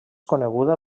coneguda